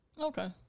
Okay